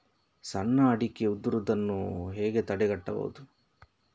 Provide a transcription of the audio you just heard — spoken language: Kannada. ಸಣ್ಣ ಅಡಿಕೆ ಉದುರುದನ್ನು ಹೇಗೆ ತಡೆಗಟ್ಟಬಹುದು?